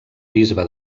bisbe